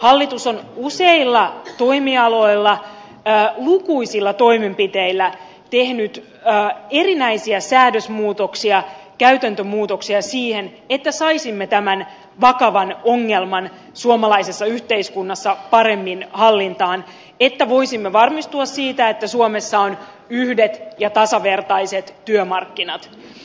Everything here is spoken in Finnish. hallitus on useilla toimialoilla lukuisilla toimenpiteillä tehnyt erinäisiä säädösmuutoksia käytäntömuutoksia siihen että saisimme tämän vakavan ongelman suomalaisessa yhteiskunnassa paremmin hallintaan että voisimme varmistua siitä että suomessa on yhdet ja tasavertaiset työmarkkinat